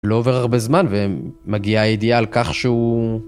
לא עובר הרבה זמן ומגיע אידיאל כך שהוא.